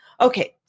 Okay